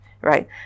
Right